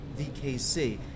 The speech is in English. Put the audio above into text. VKC